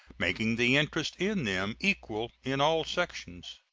making the interest in them equal in all sections.